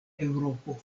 eŭropo